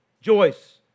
Joyce